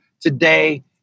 today